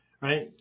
Right